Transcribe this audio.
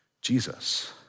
Jesus